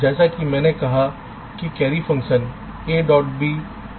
जैसा कि मैंने कहा कि carry function AB OR AC OR BC है